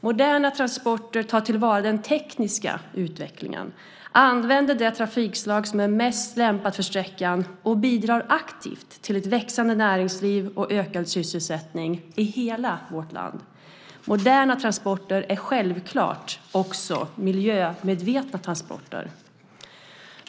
Moderna transporter tar till vara den tekniska utvecklingen, använder det trafikslag som är mest lämpat för sträckan och bidrar aktivt till ett växande näringsliv och ökad sysselsättning i hela landet. Moderna transporter är självklart också miljömedvetna transporter.